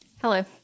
hello